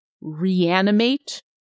reanimate